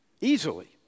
Easily